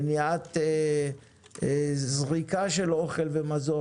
מניעת זריקה של מזון.